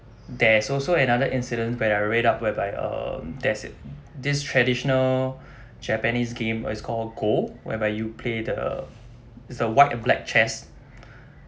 there's also another incident where I read up whereby err there's this traditional japanese game it's called go whereby you play the the white black chess